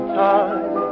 time